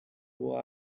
who